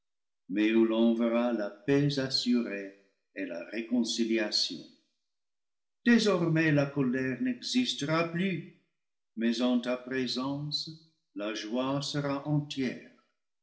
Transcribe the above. mais où l'on verra la paix assurée et la réconciliation désormais la colère n'existera plus mais en ta présence la joie sera entière